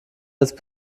jetzt